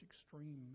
extreme